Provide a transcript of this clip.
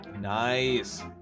Nice